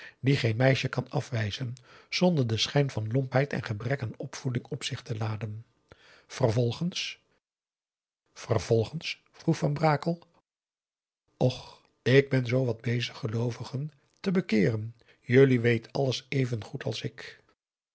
die geen meisje kan afwijzen zonder den schijn van lompp a daum de van der lindens c s onder ps maurits heid en gebrek aan opvoeding op zich te laden vervolgens vervolgens vroeg van brakel och ik ben zoo wat bezig geloovigen te bekeeren jullie weet alles even goed als ik